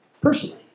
personally